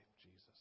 Jesus